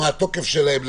מה התוקף שלהן,